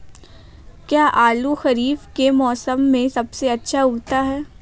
क्या आलू खरीफ के मौसम में सबसे अच्छा उगता है?